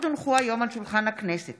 מאת חברת הכנסת